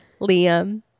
Liam